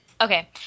Okay